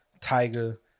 Tiger